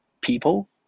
people